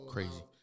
crazy